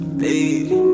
baby